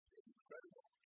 incredible